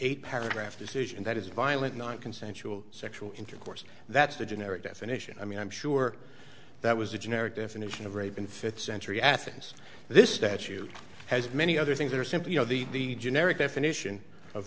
eight paragraph decision that is violent not consensual sexual intercourse that's the generic definition i mean i'm sure that was a generic definition of rape in fifth century athens this statute has many other things that are simple you know the the generic definition of